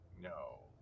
no